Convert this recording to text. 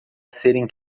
serem